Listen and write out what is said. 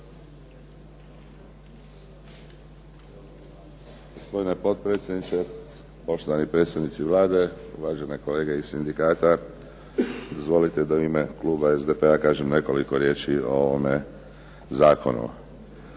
Gospodine potpredsjedniče, uvaženi predstavnici Vlade, uvažene kolege iz sindikata. Dozvolite da u ime Kluba SDP-a kažem nekoliko riječi o ovome Zakonu.